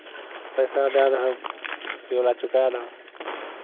पैसा दए दहऽ कर्जा चुकाए दहो